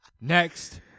Next